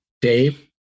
Dave